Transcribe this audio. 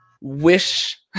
wish